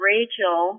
Rachel